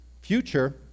future